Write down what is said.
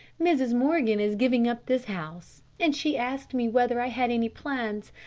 mrs. morgan is giving up this house, and she asked me whether i had any plans.